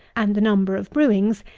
and the number of brewings,